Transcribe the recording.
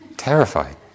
Terrified